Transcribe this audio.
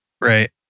Right